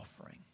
offering